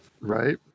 Right